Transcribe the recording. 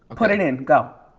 put it in, go.